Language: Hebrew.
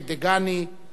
אשר הלך לעולמו,